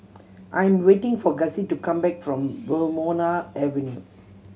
I am waiting for Gussie to come back from Wilmonar Avenue